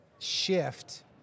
shift